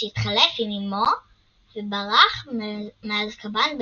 שהתחלף עם אימו וברח מאזקבאן בעזרתה.